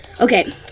okay